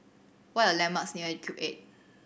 what are the landmarks near Cube Eight